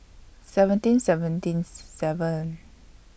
seventeen seventy seven